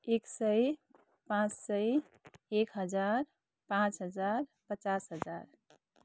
एक सय पाँच सय एक हजार पाँच हजार पचास हजार